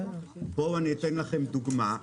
אציג לכם דוגמה,